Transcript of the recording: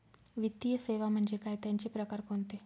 वित्तीय सेवा म्हणजे काय? त्यांचे प्रकार कोणते?